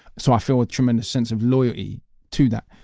so i feel a tremendous sense of loyalty to that.